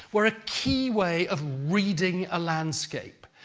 were a key way of reading a landscape.